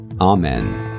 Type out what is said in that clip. Amen